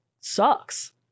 sucks